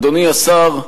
אדוני השר,